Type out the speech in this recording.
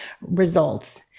results